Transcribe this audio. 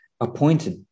appointed